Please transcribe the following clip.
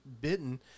bitten